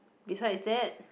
besides that